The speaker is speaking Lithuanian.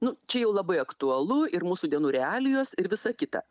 nu čia jau labai aktualu ir mūsų dienų realijos ir visa kita